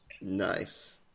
Nice